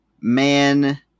man